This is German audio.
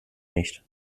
nicht